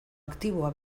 aktiboa